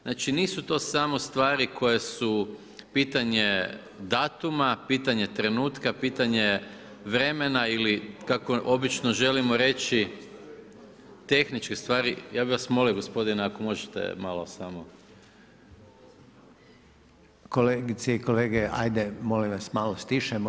Znači, nisu to samo stvari koje su pitanje datuma, pitanje trenutka, pitanje vremena ili kako obično želimo reći, tehničke stvari, ja bi vas molio gospodine ako možete malo samo.